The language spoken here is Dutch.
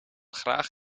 graag